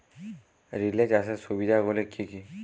Relay চাষের সুবিধা গুলি কি কি?